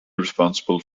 responsible